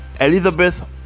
Elizabeth